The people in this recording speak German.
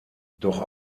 doch